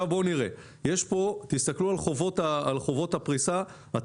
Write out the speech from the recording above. תסתכלו על חובות הפריסה.